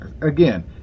again